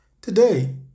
Today